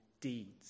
deeds